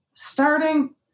starting